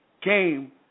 game